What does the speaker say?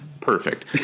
perfect